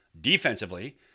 Defensively